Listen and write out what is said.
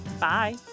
Bye